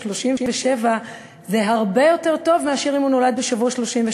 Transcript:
ה-37 מצבו הרבה יותר טוב משל תינוק שנולד בשבוע ה-32.